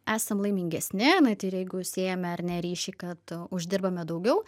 esam laimingesni net ir jeigu siejame ar ne ryšį kad uždirbame daugiau